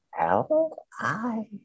L-I-